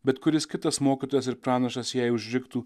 bet kuris kitas mokytojas ir pranašas jai užriktų